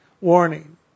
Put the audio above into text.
warning